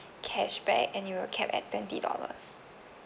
cashback and it will cap at twenty dollars